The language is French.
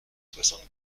soixante